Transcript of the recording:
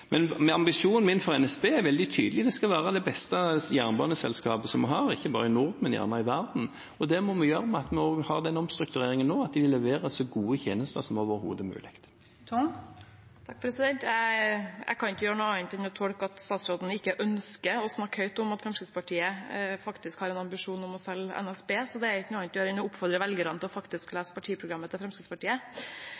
Ambisjonen min for NSB er veldig tydelig: Det skal være det beste jernbaneselskapet vi har, ikke bare i Norden, men gjerne også i verden. Det skal vi få til ved at vi gjør omstruktureringen nå, og at man leverer så gode tjenester som overhodet mulig. Jeg kan ikke gjøre noe annet enn å tolke det dit hen at statsråden ikke ønsker å snakke høyt om at Fremskrittspartiet faktisk har en ambisjon om å selge NSB. Så det er ikke noe annet å gjøre enn å oppfordre velgerne til å